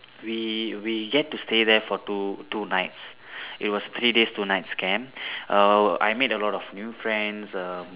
we we get to stay there for two two nights it was three days two nights camp uh I made a lot of new friends um